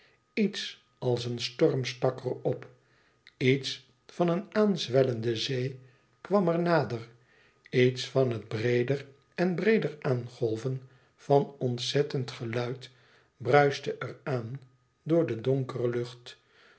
iets als een storm stak er op iets van een aanzwellende zee kwam er nader iets van het breeder en breeder aangolven van ontzettend geluid bruiste er aan door de donkere lucht